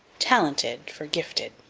talented for gifted.